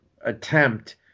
attempt